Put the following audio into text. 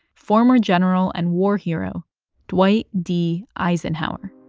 former general and war hero dwight d. eisenhower